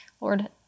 Lord